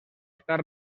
estat